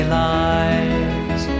lives